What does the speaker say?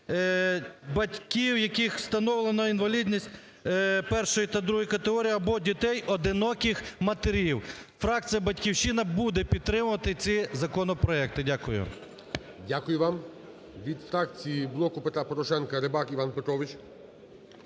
батьків, в яких встановлено інвалідність І та ІІ категорії або дітей одиноких матерів. Фракція "Батьківщина" буде підтримувати ці законопроекти. Дякую. ГОЛОВУЮЧИЙ. Дякую вам. Від фракції "Блок Петра Порошенка" Рибак Іван Петрович.